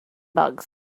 bugs